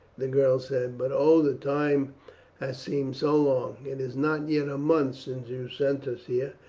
the girl said but oh the time has seemed so long! it is not yet a month since you sent us here,